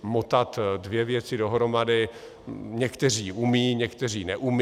Motat dvě věci dohromady někteří umí, někteří neumí.